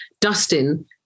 Dustin